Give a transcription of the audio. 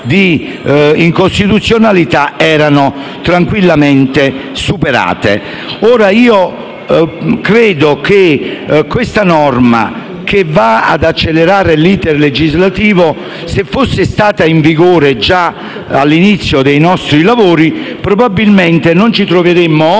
di incostituzionalità erano tranquillamente superate. Se questa norma, che va ad accelerare l'*iter* legislativo, fosse stata in vigore già all'inizio dei nostri lavori, probabilmente non ci troveremmo